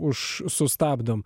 už sustabdom